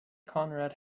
konrad